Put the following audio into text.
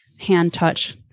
hand-touch